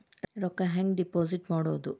ರೊಕ್ಕ ಹೆಂಗೆ ಡಿಪಾಸಿಟ್ ಮಾಡುವುದು?